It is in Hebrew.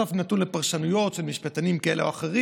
בסוף זה נתון לפרשנויות של משפטנים כאלה או אחרים,